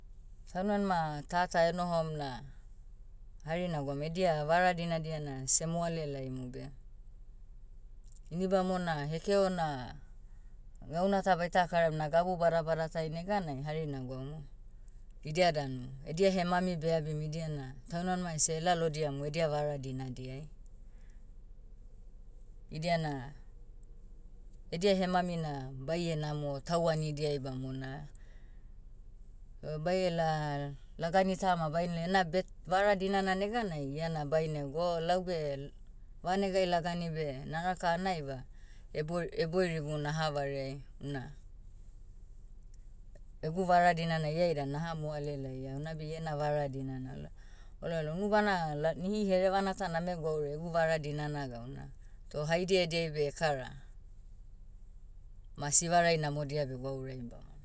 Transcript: Taunmanima tata enohom na, hari nagwaum edia vara dinadia na semoale laimu beh. Ini bamona hekeona, gauna ta baita karaiam na gabu badabada tai neganai hari nagwaumu, idia danu edia hemami beabim idiana, taunmanima ese elalodiamu edia vara dinadiai. Idiana, edia hemami na baie namo tauanidiai bamona. O baiela, lagani tama bainela ena birth- vara dinana neganai iana baine go o laube, vanegai lagani beh naraka hanaiva, eboiri- eboirigu naha vareai una, egu vara dinana ia ida naha moale laia unabe iena vara dinana la- olalom unubana la- nihi herevana ta name gwauraia egu vara dinana gauna. Toh haidia ediai beh ekara, ma sivarai namodia begouraim bamona.